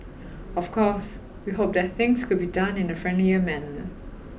of course we hope that things could be done in a friendlier manner